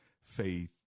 faith